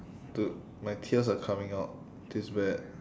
dude my tears are coming out this is bad